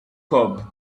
cup